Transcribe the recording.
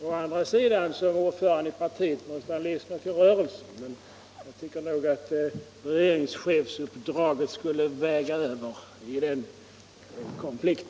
Å andra sidan måste han som ordförande i socialdemokratiska partiet lyssna till rörelsen. Men jag tycker nog att regeringschefsuppdraget skulle väga tyngst i den konflikten.